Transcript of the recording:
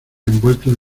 envueltos